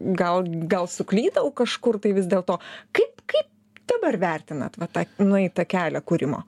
gal gal suklydau kažkur tai vis dėl to kaip kaip dabar vertinat tą nueitą kelią kūrimo